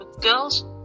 girls